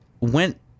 went